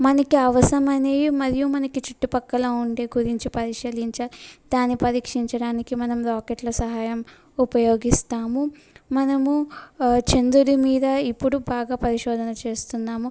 మనకి అవసరం అనేవి మరియు మనకి చుట్టుపక్కల ఉండే గురించి పరిశీలించ దాన్ని పరీక్షించడానికి మనకి రాకెట్ల సహాయం ఉపయోగిస్తాము మనము చంద్రుడి మీద ఇప్పుడు బాగా పరిశోధన చేస్తున్నాము